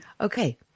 Okay